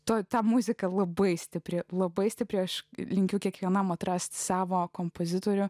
tuo ta muzika labai stipri labai stipri aš linkiu kiekvienam atrasti savo kompozitorių